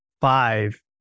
five